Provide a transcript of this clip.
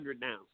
now